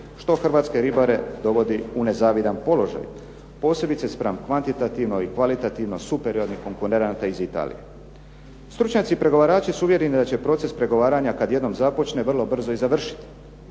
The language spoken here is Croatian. Što Hrvatske ribare dovodi u nezavidan položaj posebice zbog kvantitativno i kvalitativno superiornih konkurenata iz Italije. Stručnjaci pregovarači su uvjereni da će proces pregovaranja kada jednom započne vrlo brzo i završiti.